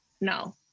no